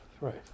Right